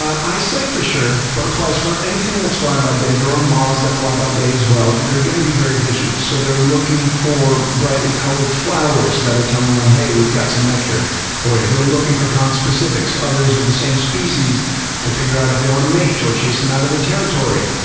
eyesight for sure. butterflies, anything that's flying by day. there are moths that fly by day as well. they're going to be very visual, so they're looking for brightly colored flowers that are telling them, hey, we've got some nectar for you. yeah they're looking for conspecifics, others of the same species to figure out if they want a mate or chase them out of their territory.